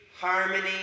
harmony